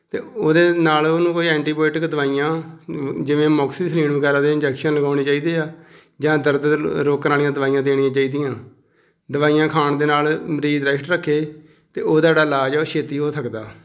ਅਤੇ ਉਹਦੇ ਨਾਲ ਉਹਨੂੰ ਕੋਈ ਐਂਟੀਬਾਇਓਟਿਕ ਦਵਾਈਆਂ ਜਿਵੇਂ ਮੌਕਸਿਸਲੀਨ ਵਗੈਰਾ ਦੇ ਇੰਜੈਕਸ਼ਨ ਲਗਾਉਣੇ ਚਾਹੀਦੇ ਆ ਜਾਂ ਦਰਦ ਰੋਕਣ ਵਾਲੀਆਂ ਦਵਾਈਆਂ ਦੇਣੀਆਂ ਚਾਹੀਦੀਆਂ ਦਵਾਈਆਂ ਖਾਣ ਦੇ ਨਾਲ ਮਰੀਜ਼ ਰੈਸਟ ਰੱਖੇ ਅਤੇ ਉਹਦਾ ਜਿਹੜਾ ਇਲਾਜ ਆ ਉਹ ਛੇਤੀ ਹੋ ਸਕਦਾ